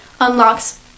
unlocks